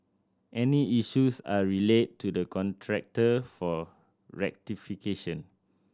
any issues are relayed to the contractor for rectification